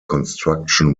construction